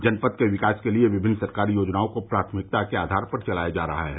जनपद के विकास के लिए विभिन्न सरकारी योजनाओं को प्राथमिकता के आधार पर चलाया जा रहा है